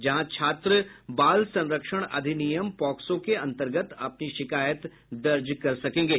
जहां छात्र बाल संरक्षण अधिनियम पॉक्सो के अन्तर्गत अपनी शिकायत दर्ज कर सकेंगे